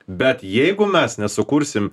bet jeigu mes nesukursim